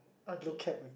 blue cap with